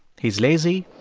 he's lazy.